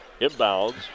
Inbounds